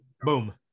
boom